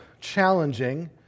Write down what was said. challenging